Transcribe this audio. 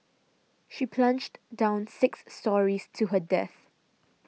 she plunged down six storeys to her death